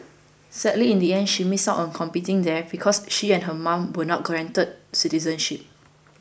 sadly in the end she missed out on competing there because she and her mom were not granted citizenship